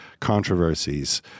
controversies